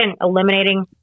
eliminating